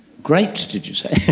great, did you say?